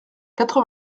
quatre